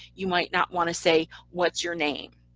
you might not want to say what's your name,